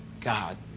God